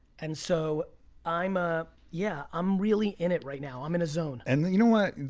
and so i'm, ah yeah, i'm really in it right now. i'm in a zone. and you know what?